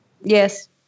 Yes